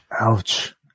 Ouch